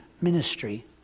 ministry